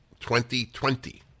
2020